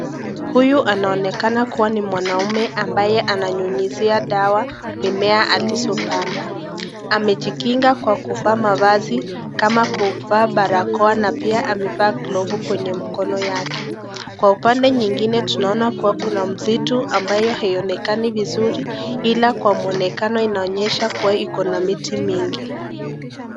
Huyu anaonekana kua ni mwanaume ambaye ananyunyizia dawa mimea alizopanda. Amejikinga kwa kuvaa mavazi kama barakoa na pia amevaa glovu kwenye mikono yake. Kwa upande nyingine tunaona kua kuna msitu ambayo haionekani vizuri, ila kwa muonekano inaonyesha kua ina miti mingi.